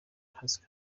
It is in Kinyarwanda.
has